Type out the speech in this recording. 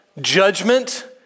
judgment